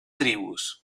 tribus